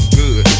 good